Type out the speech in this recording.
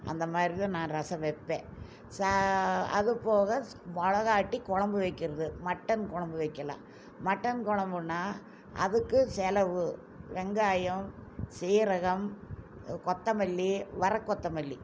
அந்தமாதிரி தான் நான் ரசம் வைப்பேன் சா அதுபோக மிளகாட்டி குழம்பு வைக்கிறது மட்டன் குழம்பு வைக்கலாம் மட்டன் குழம்புனா அதுக்கு செலவு வெங்காயம் சீரகம் கொத்தமல்லி வரக்கொத்தமல்லி